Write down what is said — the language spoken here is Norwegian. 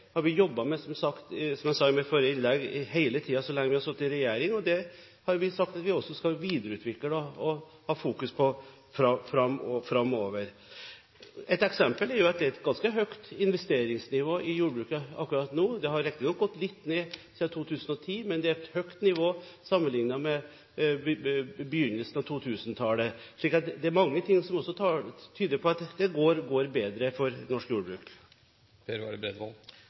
som jeg sa i mitt forrige innlegg, jobbet med hele tiden så lenge vi har sittet i regjering, og det har vi sagt at vi også skal videreutvikle og ha fokus på framover. Et eksempel er at det er et ganske høyt investeringsnivå i jordbruket akkurat nå. Det har riktignok gått litt ned siden 2010, men det er et høyt nivå sammenlignet med nivået på begynnelsen av 2000-tallet. Det er mange ting som tyder på at det går bedre for norsk jordbruk.